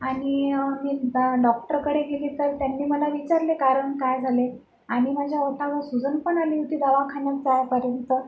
आणि मी आता डॉक्टरकडे गेली तर त्यांनी मला विचारले कारण काय झाले आणि माझ्या ओठाला सुजन पण आली होती दवाखान्यात जाईपर्यंत